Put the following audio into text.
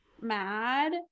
mad